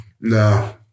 No